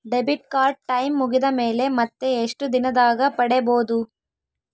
Debit card time ಮುಗಿದ ಮೇಲೆ ಮತ್ತೆ ಎಷ್ಟು ದಿನದಾಗ ಪಡೇಬೋದು?